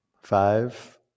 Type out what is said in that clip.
Five